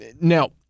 now